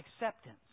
acceptance